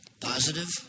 positive